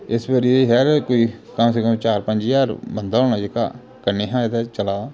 इस बारी ते खैर कोई कम से कम चार पं'ञ ज्हार बंदा होना जेह्का कन्नै हा एह्दे चला दा